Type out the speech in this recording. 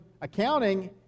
accounting